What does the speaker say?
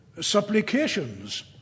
supplications